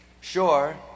Sure